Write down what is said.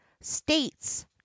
states